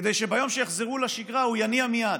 כדי שביום שיחזרו לשגרה הוא יניע מיד.